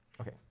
Okay